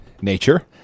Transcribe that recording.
nature